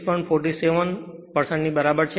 47 છે